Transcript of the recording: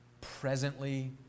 presently